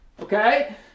Okay